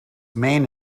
main